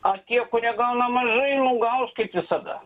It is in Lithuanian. o tie kurie gauna mažai nu gaus kaip visada